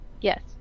Yes